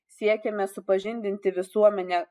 siekiame supažindinti visuomenę